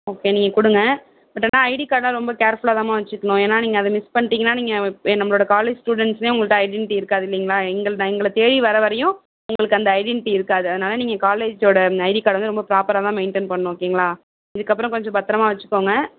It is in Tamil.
ஓகே நீங்கள் கொடுங்க பட் ஆனால் ஐடி கார்ட்லாம் ரொம்ப கேர்ஃபுலாக தாம்மா வச்சிக்கணும் ஏன்னா நீங்கள் அது மிஸ் பண்ணிட்டிங்கனா நீங்கள் இப் ஏ நம்மளோட காலேஜ் ஸ்டூடெண்ட்ஸ்னே உங்கள்கிட்ட ஐடின்ட்டி இருக்காது இல்லைங்களா எங்கள் ந எங்களை தேடி வர வரையும் உங்களுக்கு அந்த ஐடின்ட்டி இருக்காது அதனால் நீங்கள் காலேஜோட அந்த ஐடி கார்டை வந்து ரொம்ப ப்ராப்பராக தான் மெயின்டெய்ன் பண்ணும் ஓகேங்களா இதுக்கப்புறோம் கொஞ்சம் பத்திரமா வச்சிக்கோங்க